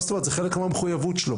מה זאת אומרת זה חלק מהמחויבות שלו.